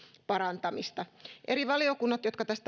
parantamista eri valiokunnat jotka tästä